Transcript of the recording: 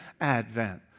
Advent